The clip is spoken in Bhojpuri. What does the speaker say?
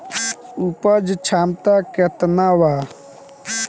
उपज क्षमता केतना वा?